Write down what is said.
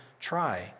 Try